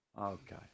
Okay